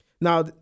Now